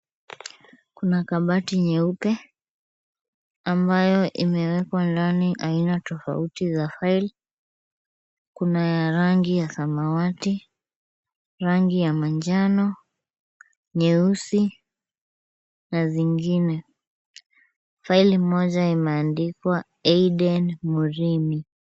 Kuna kabati nyeupe ambayo imewekwa ndani aina tofauti za file , kuna rangi ya samawati, rangi ya manjano, nyeusi na zingine. File moja imeandikwa Aiden Murimi.